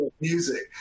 music